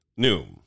Noom